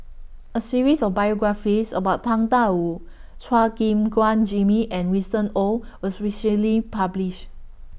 A series of biographies about Tang DA Wu Chua Gim Guan Jimmy and Winston Oh was recently published